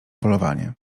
polowanie